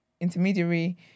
intermediary